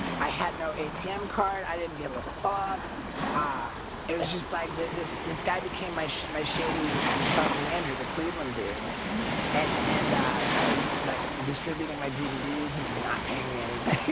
i had no atm card i didn't give a fuck ah it was just like this this guy became my sh'ma shady and fuck commander the cleveland dude and and i started like distributing my dvds and not paying me anything